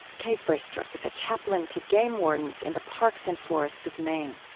kate braestrup is a chaplain to game wardens in the parks and forests of maine.